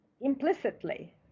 implicitly